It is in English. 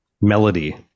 melody